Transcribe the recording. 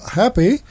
happy